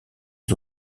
les